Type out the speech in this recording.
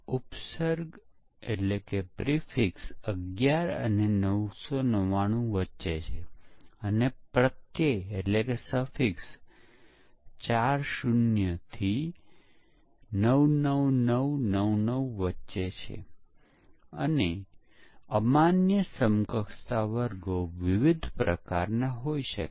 પરંતુ આપણે કોઈ પ્રોગ્રામને કેવી રીતે ચકાસીએ છીએ તેના પર ધ્યાન આપતા પહેલા ચાલો આપણે પ્રોગ્રામને પૂરતા પ્રમાણમાં પરીક્ષણ ન કરવાના પરિણામ જોઈએ